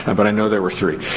and but i know there were three.